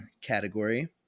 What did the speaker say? category